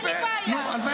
יש כאלה בלי רמקול, אלופים.